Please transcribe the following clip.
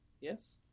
Yes